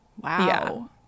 wow